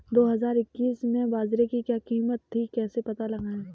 दो हज़ार इक्कीस में बाजरे की क्या कीमत थी कैसे पता लगाएँ?